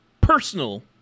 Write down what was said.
personal